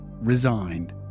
resigned